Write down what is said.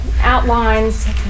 outlines